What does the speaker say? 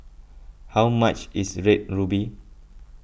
how much is Red Ruby